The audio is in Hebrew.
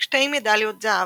שתי מדליות זהב,